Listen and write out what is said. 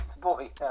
boy